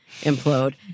implode